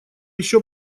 ещё